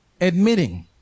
admitting